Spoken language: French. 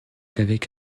qu’avec